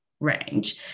range